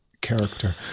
character